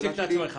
השאלה שלי